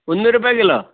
ಮುನ್ನೂರು ರೂಪಾಯಿ ಕಿಲೋ